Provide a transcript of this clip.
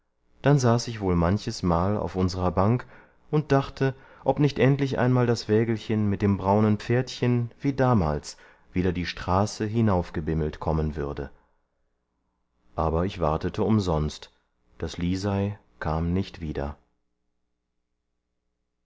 dann saß ich wohl manches mal auf unserer bank und dachte ob nicht endlich einmal das wägelchen mit dem braunen pferdchen wie damals wieder die straße heraufgebimmelt kommen würde aber ich wartete umsonst das lisei kam nicht wieder